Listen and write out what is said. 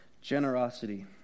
generosity